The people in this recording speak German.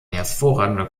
hervorragender